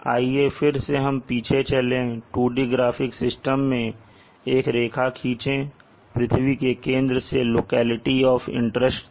आइए फिर से हम पीछे चलें 2D ग्राफिक सिस्टम में और एक रेखा खींचे पृथ्वी के केंद्र से लोकैलिटी ऑफ इंटरेस्ट तक